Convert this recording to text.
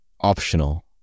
optional